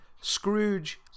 Scrooge